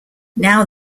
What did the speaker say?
now